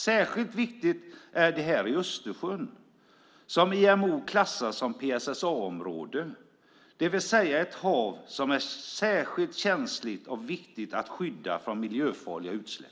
Särskilt viktigt är det här i Östersjön, som IMO klassar som PSSA-område, det vill säga ett hav som är särskilt känsligt och viktigt att skydda från miljöfarliga utsläpp.